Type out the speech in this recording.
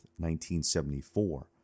1974